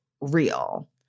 real